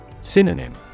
Synonym